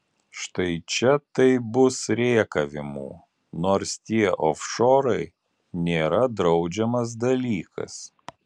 štai čia tai bus rėkavimų nors tie ofšorai nėra draudžiamas dalykas